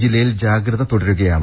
ജില്ലയിൽ ജാഗ്രത തുടരുകയാണ്